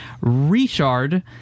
Richard